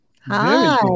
Hi